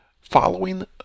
following